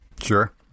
sure